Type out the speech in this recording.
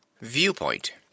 Viewpoint